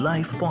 Life